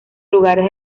lugares